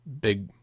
big